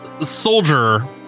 soldier